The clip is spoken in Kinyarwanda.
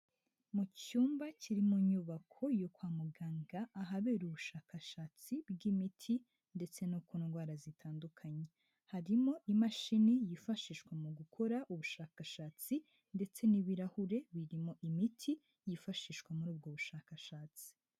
Mu cyumba kiri mu nyubako yo kwa muganga ahabera ubushakashatsi bw'imiti, ndetse no ku ndwara zitandukanye. Harimo imashini yifashishwa mu gukora ubushakashatsi ndetse n'ibirahure birimo imiti yifashishwa muri ubwo bushakashatsi.